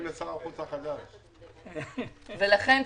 לכן,